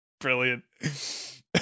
Brilliant